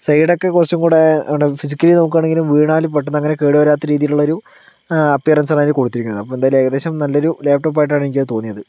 സൈഡൊക്കെ കുറച്ചും കൂടെ ഫിസിക്കലി നോക്കാണെങ്കിലും വീണാലും പെട്ടന്ന് കേട്വരാത്ത രീതിയിലുള്ളൊരു അപ്പിയറൻസാണ് അതിന് കൊടുത്തിരിക്കുന്നത് അപ്പോൾ എന്തായാലും ഏകദേശം നല്ലൊരു ലാപ്ടോപ്പായിട്ടാണ് എനിക്ക് അത് തോന്നിയത്